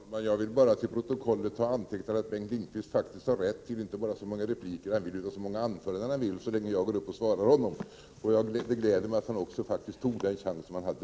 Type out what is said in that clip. Herr talman! Jag vill bara till protokollet få antecknat att Bengt Lindqvist faktiskt inte bara har rätt till så många repliker han vill utan också till så många anföranden har vill så länge jag går upp och svarar honom. Det gläder mig att han faktiskt också tog den chans han hade.